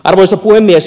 arvoisa puhemies